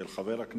של חבר הכנסת,